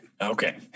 Okay